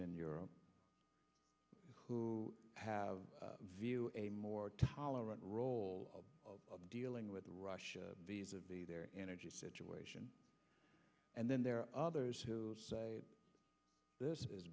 in europe who have view a more tolerant role of dealing with russia of the their energy situation and then there are others who say this is